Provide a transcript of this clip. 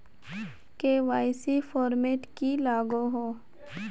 KYC format की लागोहो?